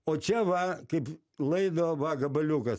o čia va kaip laido va gabaliukas